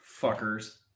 Fuckers